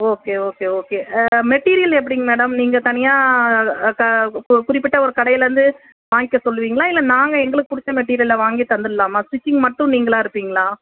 okay okay okay ஆ material எப்படிங்க madam நீங்கள் தனியாக க கு குறிப்பிட்ட ஒரு கடைலேருந்து வாங்கிக்க சொல்லுவீங்களா இல்லை நாங்கள் எங்களுக்கு பிடிச்ச மெட்டிரியல்லை வாங்கி தந்துடலாமா ஸ்டிச்சிங் மட்டும் நீங்களாக இருப்பீங்களா